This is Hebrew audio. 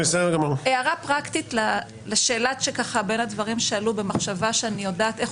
הערה פרקטית לשאלה שהיא בין הדברים שעלו במחשבה שאני יודעת איך